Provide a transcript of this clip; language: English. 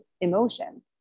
emotion